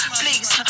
please